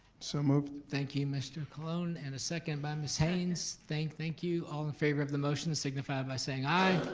so moved. thank you mr. colon and a second by miss haynes, thank thank you. all in favor of the motion signify by saying aye.